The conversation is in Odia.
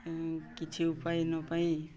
କିଛି ଉପାୟ ନ ପାଇଁ